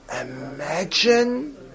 Imagine